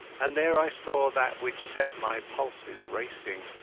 and there i saw that which set my pulses racing.